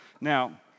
Now